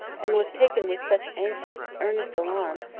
and was taken with such anxious, earnest alarm,